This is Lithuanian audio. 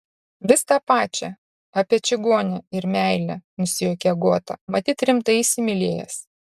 vis tą pačią apie čigonę ir meilę nusijuokė agota matyt rimtai įsimylėjęs